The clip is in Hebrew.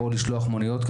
או לשלוח מוניות,